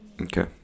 Okay